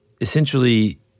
Essentially